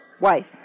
Wife